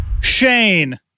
Shane